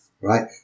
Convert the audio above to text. right